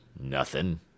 Nothing